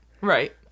Right